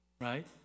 right